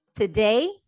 Today